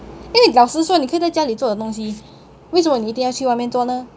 因为老实说你可以在家里做的东西为什么你一定要去外面做呢